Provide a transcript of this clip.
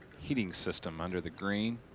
heating system under the green.